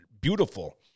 beautiful